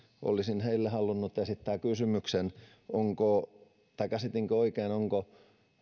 olisin heille halunnut esittää kysymyksen käsitinkö oikein onko